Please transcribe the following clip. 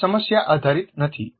આ સમસ્યા આધારિત નથી